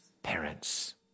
Parents